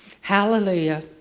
Hallelujah